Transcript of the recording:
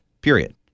period